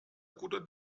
guter